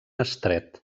estret